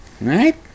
right